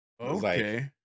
okay